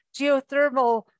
geothermal